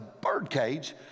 birdcage